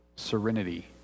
serenity